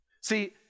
See